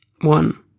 One